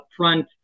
upfront